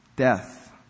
death